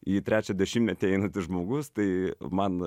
į trečią dešimtmetį einantis žmogus tai man